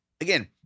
again